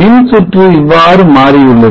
மின்சுற்று இவ்வாறு மாறியுள்ளது